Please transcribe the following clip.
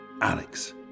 Alex